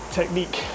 technique